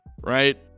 right